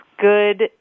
good